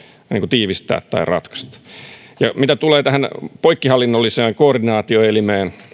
tiivistää tai ratkaista ja mitä tulee tähän poikkihallinnolliseen koordinaatioelimeen